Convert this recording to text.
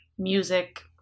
music